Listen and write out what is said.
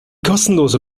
kostenlose